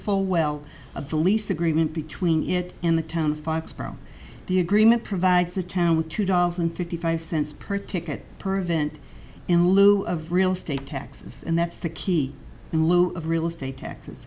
full well of the lease agreement between it and the town foxboro the agreement provides the town with two dollars and fifty five cents per ticket per vent in lieu of real estate taxes and that's the key in lieu of real estate taxes